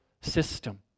system